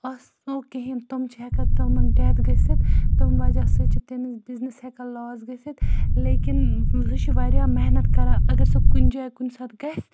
آسو کِہیٖنۍ تِم چھِ ہٮ۪کان تمَن ڈٮ۪تھ گٔژھِتھ تم وَجہ سۭتۍ چھِ تٔمِس بِزنِس ہیکان لاس گٔژھِتھ لیکِن سُہ چھِ واریاہ محنت کَران اگر سُہ کُنہِ جایہِ کُنہِ ساتہٕ گَژھِ